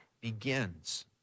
begins